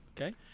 okay